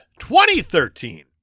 2013